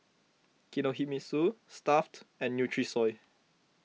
Kinohimitsu Stuff'd and Nutrisoy